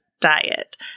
diet